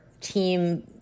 team